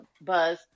buzz